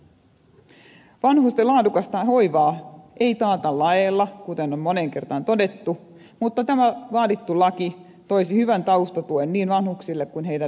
vanhusten laadukasta hoivaa ei taata laeilla kuten on moneen kertaan todettu mutta tämä vaadittu laki toisi hyvän taustatuen niin vanhuksille kuin heidän läheisilleenkin